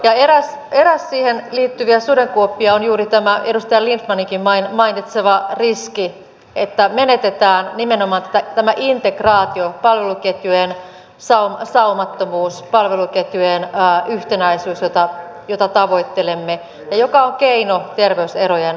eräs siihen liittyvä sudenkuoppa on juuri tämä edustaja lindtmaninkin mainitsema riski että menetetään nimenomaan tämä integraatio palveluketjujen saumattomuus palveluketjujen yhtenäisyys jota tavoittelemme ja joka on keino terveyserojen kaventamiseksi